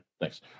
Thanks